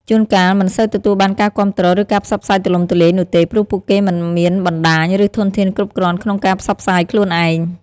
ជួនកាលមិនសូវទទួលបានការគាំទ្រ ឬការផ្សព្វផ្សាយទូលំទូលាយនោះទេ ព្រោះពួកគេមិនមានបណ្តាញ ឬធនធានគ្រប់គ្រាន់ក្នុងការផ្សព្វផ្សាយខ្លួនឯង។